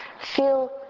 feel